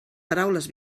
paraules